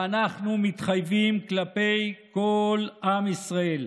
ואנחנו מתחייבים כלפי כל עם ישראל: